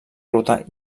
ruta